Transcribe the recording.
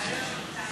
הכנסת, היה